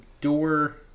door